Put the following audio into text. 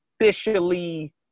officially